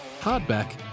hardback